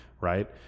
right